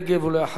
ולאחריה,